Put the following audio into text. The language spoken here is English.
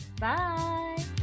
Bye